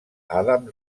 adam